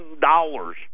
dollars